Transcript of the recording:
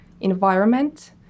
environment